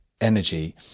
energy